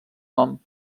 nom